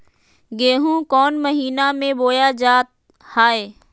गेहूँ कौन महीना में बोया जा हाय?